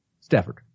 Stafford